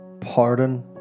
pardon